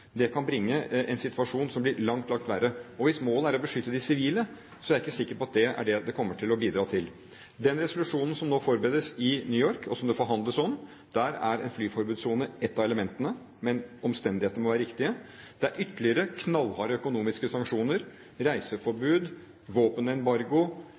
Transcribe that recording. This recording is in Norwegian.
kan bringe en situasjon som blir langt, langt verre. Og hvis målet er å beskytte de sivile, er jeg ikke sikker på at det er det dette kommer til å bidra til. I den resolusjonen som nå forberedes i New York, og som det forhandles om, er en flyforbudssone ett av elementene, men omstendighetene må være riktige. Det er ytterligere knallharde økonomiske sanksjoner,